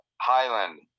Highland